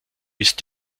ist